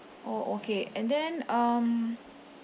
oh okay and then um